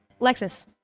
Lexus